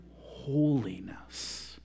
holiness